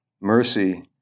mercy